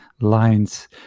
lines